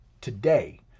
today